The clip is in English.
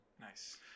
Nice